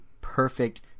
perfect